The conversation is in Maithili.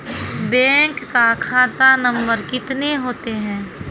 बैंक का खाता नम्बर कितने होते हैं?